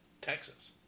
Texas